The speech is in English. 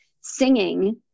singing